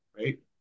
right